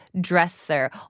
dresser